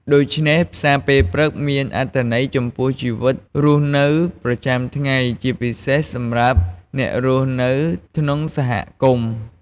ដូច្នេះផ្សារពេលព្រឹកមានអត្ថន័យចំពោះជីវិតរស់នៅប្រចាំថ្ងៃ ជាពិសេសសម្រាប់អ្នករស់នៅក្នុងសហគមន៍។